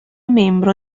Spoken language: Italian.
membro